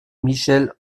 michel